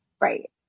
Right